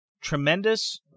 tremendous